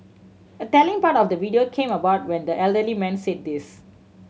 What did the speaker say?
a telling part of the video came about when the elderly man said this